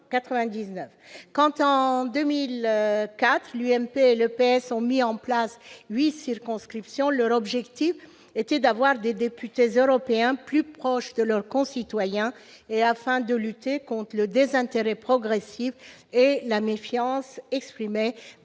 Quand, en 2004, l'UMP et le PS ont mis en place huit circonscriptions, leur objectif était d'avoir des députés européens plus proches de leurs concitoyens, afin de lutter contre le désintérêt progressif et la méfiance exprimés par les Français envers